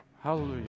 hallelujah